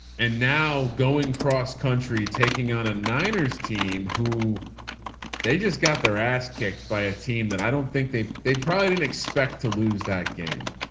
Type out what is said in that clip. and now going cross country taking on a niners team who they just got their ass kicked by a team that i don't think they, they probably didn't expect to lose that game.